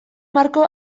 marko